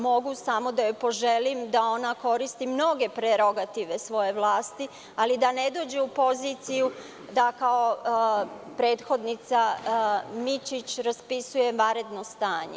Mogu samo da joj poželim da ona koristi mnoge prerogative svoje vlasti, ali da ne dođe u poziciju da kao prethodnica Mićić raspisuje vanredno stanje.